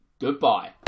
goodbye